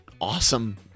awesome